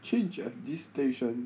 change at this station